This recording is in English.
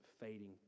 fading